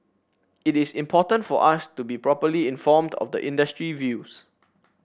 it is important for us to be properly informed of the industry views